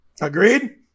Agreed